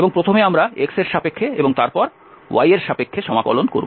এবং প্রথমে আমরা x এর সাপেক্ষে এবং তারপর y এর সাপেক্ষে সমাকলন করব